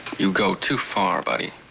you go too far, buddy.